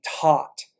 taught